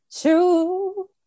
true